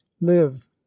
live